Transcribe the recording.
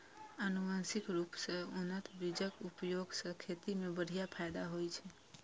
आनुवंशिक रूप सं उन्नत बीजक उपयोग सं खेती मे बढ़िया फायदा होइ छै